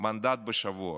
מנדט בשבוע.